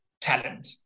talent